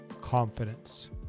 confidence